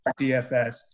DFS